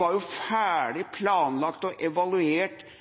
var jo ferdig planlagt og evaluert –